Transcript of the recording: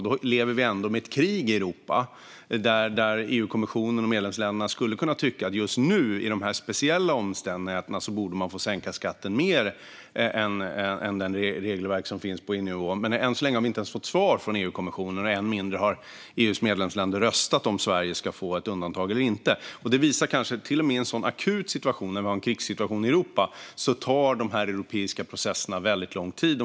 Då lever vi ändå med ett krig i Europa där EU-kommissionen och medlemsländerna skulle kunna tycka att just nu under de här speciella omständigheterna borde man få sänka skatten mer än enligt det regelverk som finns på EU-nivå. Men än så länge har vi inte ens fått svar från EU-kommissionen, och än mindre har EU:s medlemsländer röstat om Sverige ska få ett undantag eller inte. Till och med i en sådan akut situation när vi har en krigssituation i Europa tar de europeiska processerna väldigt lång tid.